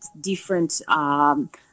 different –